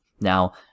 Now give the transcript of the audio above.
now